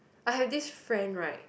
I had this friend right